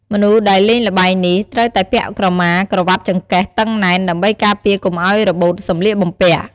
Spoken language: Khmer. មនុស្សដែលលេងល្បែងនេះត្រូវតែពាក់ក្រមាក្រវាត់ចង្កេះតឹងណែន ដើម្បីការពារកុំឲ្យរបូតសម្លៀកបំពាក់។